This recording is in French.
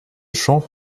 champ